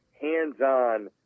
hands-on